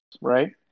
right